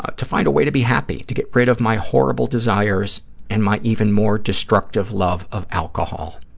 ah to find a way to be happy, to get rid of my horrible desires and my even more destructive love of alcohol.